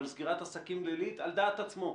אבל סגירת עסקים לילית על דעת עצמו.